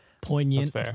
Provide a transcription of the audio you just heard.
Poignant